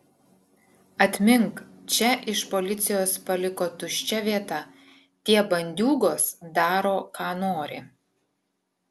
atmink čia iš policijos paliko tuščia vieta tie bandiūgos daro ką nori